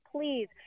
please